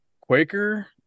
Quaker